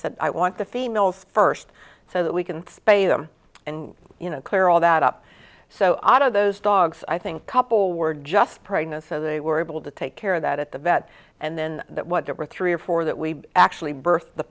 said i want the females first so that we can spayed them and you know clear all that up so i don't those dogs i think couple were just pregnant so they were able to take care of that at the vet and then what there were three or four that we actually birth the